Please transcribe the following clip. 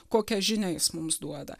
kokią žinią jis mums duoda